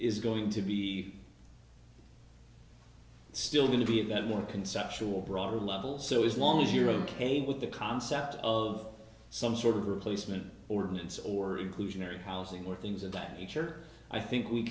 is going to be still going to be at the conceptual broader level so as long as you're ok with the concept of some sort of replacement ordinance or inclusionary housing or things of that nature i think we